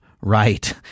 right